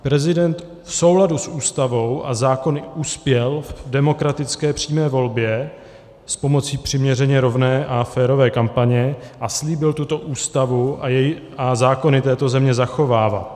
Prezident v souladu s Ústavou a zákony uspěl v demokratické přímé volbě s pomocí přiměřeně rovné a férové kampaně a slíbil tuto Ústavu a zákony této země zachovávat.